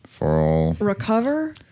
Recover